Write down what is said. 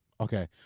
Okay